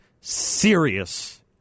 serious